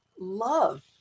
love